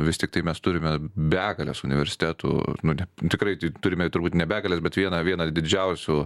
vis tiktai mes turime begales universitetų nu ne tikrai tik turime turbūt ne begales bet vieną vieną didžiausių